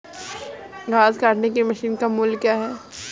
घास काटने की मशीन का मूल्य क्या है?